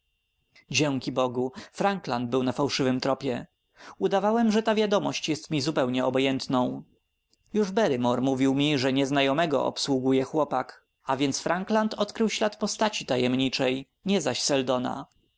dzięki bogu frankland był na fałszywym tropie udawałem że ta wiadomości jest mi zupełnie obojętną już barrymore mówił mi że nieznajomego obsługuje chłopak a więc frankland odkrył ślad postaci tajemniczej nie